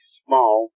small